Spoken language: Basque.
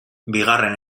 bigarren